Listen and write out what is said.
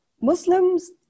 Muslims